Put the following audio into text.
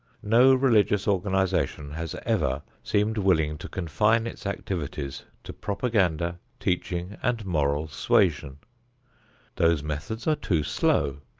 no religious organization has ever seemed willing to confine its activities to propaganda, teaching and moral suasion those methods are too slow,